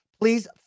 Please